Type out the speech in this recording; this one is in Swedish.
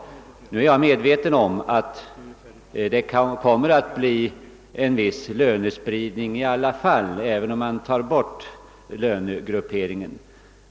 Jag är medveten om att det kommer att bli en viss lönespridning, även om man tar bort lönegrupperingen.